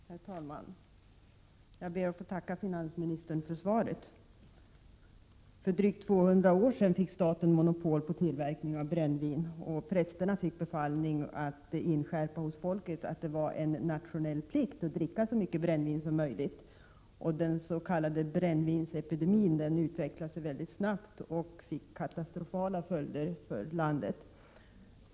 Herr talman! Jag ber att få tacka finansministern för svaret. För drygt 200 år sedan fick staten monopol på tillverkning av brännvin. Prästerna fick en befallning att inskärpa hos folket att det var en nationell plikt att dricka så mycket brännvin som möjligt. brännvinsepidemin utvecklade sig snabbt och fick katastrofala följder för landet.